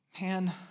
man